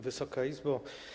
Wysoka Izbo!